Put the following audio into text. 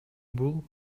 бул